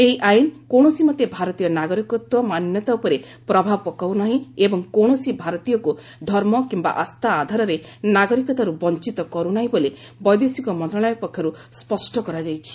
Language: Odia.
ଏହି ଆଇନ କୌଣସିମତେ ଭାରତୀୟ ନାଗରିକତ୍ୱ ମାନ୍ୟତା ଉପରେ ପ୍ରଭାବ ପକାଉ ନାହିଁ ଏବଂ କୌଣସି ଭାରତୀୟକୁ ଧର୍ମ କିମ୍ବା ଆସ୍ଥା ଆଧାରରେ ନାଗରିକତାରୁ ବଞ୍ଚତ କରୁ ନାହିଁ ବୋଲି ବୈଦେଶିକ ମନ୍ତ୍ରଣାଳୟ ପକ୍ଷର୍ତ୍ର ସ୍ୱଷ୍ଟ କରାଯାଇଛି